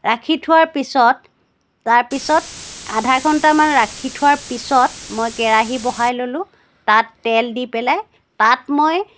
ৰাখি থোৱাৰ পিছত তাৰপিছত আধা ঘণ্টামান ৰাখি থোৱাৰ পিছত মই কেৰাহী বহাই ল'লোঁ তাত তেল দি পেলাই তাত মই